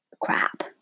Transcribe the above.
crap